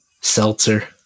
seltzer